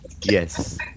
Yes